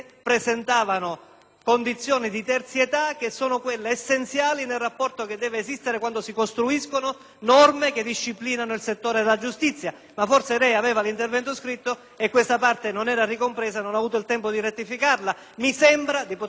condizioni di terzietà che sono quelle essenziali nel rapporto che deve esistere quando si costruiscono norme che disciplinano il settore della giustizia. Ma forse lei aveva l'intervento scritto e questa parte non era ricompresa e non ha avuto il tempo di rettificarla. Mi sembra di poter fare il paragone